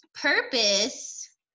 purpose